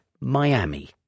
Miami